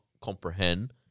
comprehend